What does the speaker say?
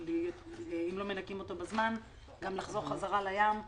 ואם לא מנקים אותו בזמן הוא עלול לחזור חזרה לים.